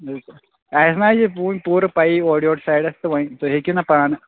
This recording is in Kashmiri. اَسہِ ما حظ چھِ وُنہِ پوٗرٕ پیی اورٕ یورٕ سایڈَس تہٕ وۅنۍ تُہۍ ہیٚکِو نا پانہٕ